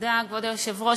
כבוד היושב-ראש,